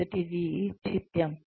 మొదటిది చిత్యం